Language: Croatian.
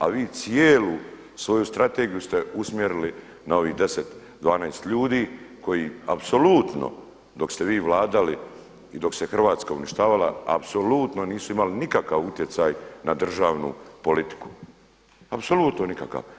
A vi cijelu svoju strategiju ste usmjerili na ovih 10, 12 ljudi koji apsolutno dok ste vi vladali i dok se Hrvatska uništavala apsolutno nisu imali nikakav utjecaj na državnu politiku, apsolutno nikakav.